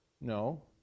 No